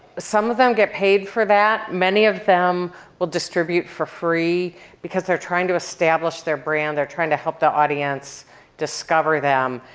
some of them get paid for that. many of them will distribute for free because they're trying to establish their brand. they're trying to help the audience discover them.